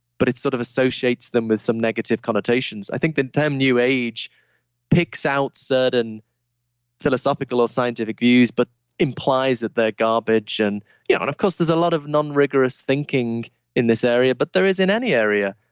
but it sort of associates them with some negative connotations. i think that new age picks out certain philosophical or scientific views but implies that they're garbage and yeah and of course there's a lot of non-rigorous thinking in this area, but there is in any area